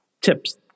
tips